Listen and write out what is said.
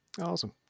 awesome